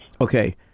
okay